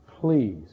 please